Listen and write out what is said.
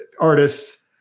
artists